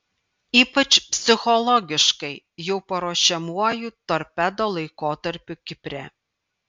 ypač psichologiškai jau paruošiamuoju torpedo laikotarpiu kipre